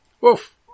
Woof